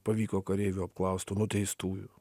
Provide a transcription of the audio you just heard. pavyko kareivių apklaust tų nuteistųjų